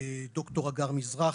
ד"ר הגר מזרחי,